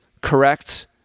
correct